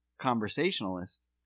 conversationalist